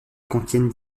contiennent